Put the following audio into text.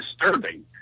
disturbing